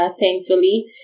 thankfully